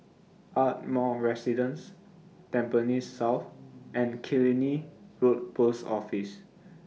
Ardmore Residence Tampines South and Killiney Road Post Office